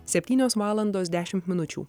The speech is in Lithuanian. septynios valandos dešimt minučių